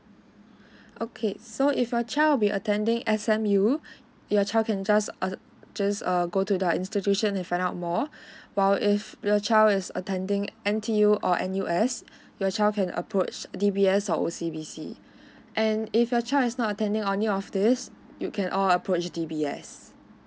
okay so if your child will be attending S_M_U your child can just uh just err go to the institution and find out more while if your child is attending N_T_U or N_U_S your child can approach D_B_S or O_C_B_C and if your child is not attending or any of this you can all approach D_B_S